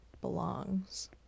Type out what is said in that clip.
belongs